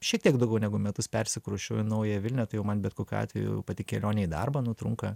šiek tiek daugiau negu metus persikrausčiau į naująją vilnią tai man bet kokiu atveju pati kelionė į darbą nu tunka